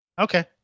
Okay